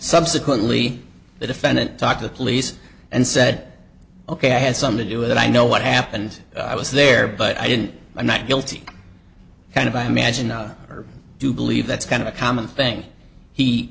subsequently the defendant talk to the police and said ok i had some to do with it i know what happened i was there but i didn't i'm not guilty kind of i imagine i do believe that's kind of a common thing he